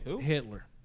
Hitler